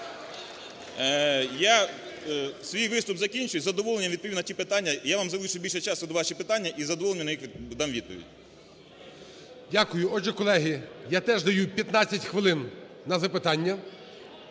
я свій виступ закінчив. З задоволенням відповім на ті питання. Я вам залишу більше часу на ваші питання і з задоволенням на них дам відповідь. ГОЛОВУЮЧИЙ. Дякую. Отже, колеги, я теж даю 15 хвилин на запитання,